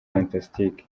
fantastic